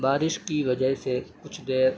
بارش کی وجہ سے کچھ دیر